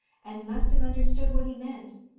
and must have understood what he meant,